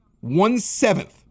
One-seventh